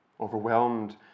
overwhelmed